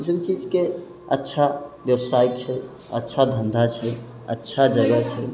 ईसब चीजके अच्छा बेबसाइ छै अच्छा धन्धा छै अच्छा जगह छै